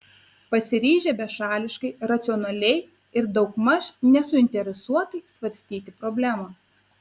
pasiryžę bešališkai racionaliai ir daugmaž nesuinteresuotai svarstyti problemą